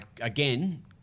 again